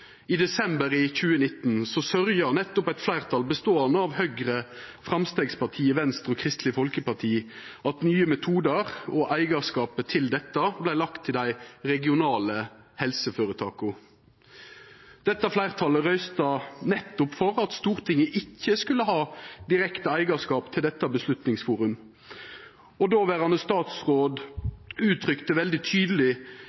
i desember 2019, sørgde eit fleirtal frå Høgre, Framstegspartiet, Venstre og Kristeleg Folkeparti for at Nye metoder og eigarskapet til dette vart lagt til dei regionale helseføretaka. Dette fleirtalet røysta for at Stortinget ikkje skulle ha direkte eigarskap til Beslutningsforum. Dåverande statsråd uttrykte veldig tydeleg målsetjinga for helse- og